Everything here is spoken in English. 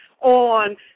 on